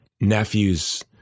nephews